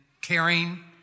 caring